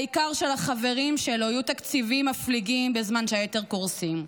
העיקר שלחברים שלו יהיו תקציבים מפליגים בזמן שהיתר קורסים.